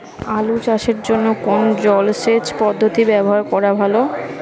আলু চাষের জন্য কোন জলসেচ পদ্ধতি ব্যবহার করা ভালো?